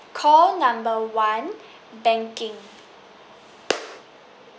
call number one banking